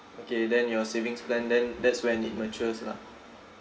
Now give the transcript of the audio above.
okay then your savings plan then that's when it matures lah